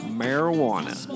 marijuana